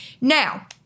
Now